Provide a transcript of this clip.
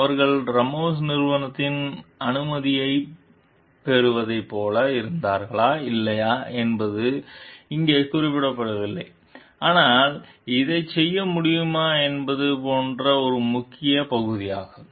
அவர்கள் ராமோஸின் நிறுவனத்தின் அனுமதியைப் பெறுவதைப் போல இருந்தார்களா இல்லையா என்பது இங்கே குறிப்பிடப்படவில்லை ஆனால் இதைச் செய்ய முடியுமா என்பது போன்ற ஒரு முக்கிய பகுதியாகும்